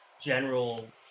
general